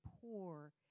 poor